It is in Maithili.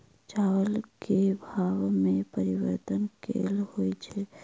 चावल केँ भाव मे परिवर्तन केल होइ छै?